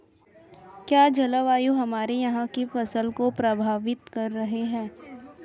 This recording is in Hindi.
क्या जलवायु हमारे यहाँ की फसल को प्रभावित कर रही है?